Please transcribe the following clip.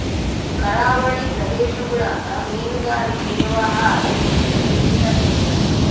ಕರಾವಳಿ ಪ್ರದೇಶಗುಳಗ ಮೀನುಗಾರಿಕೆ ವ್ಯವಹಾರ ಜಗ್ಗಿ ಬೆಳಿತತೆ